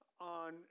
on